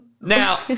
Now